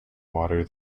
water